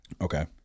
Okay